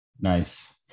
Nice